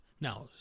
Now